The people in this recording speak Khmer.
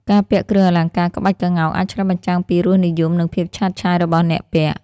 ការពាក់គ្រឿងអលង្ការក្បាច់ក្ងោក អាចឆ្លុះបញ្ចាំងពីរសនិយម និងភាពឆើតឆាយរបស់អ្នកពាក់។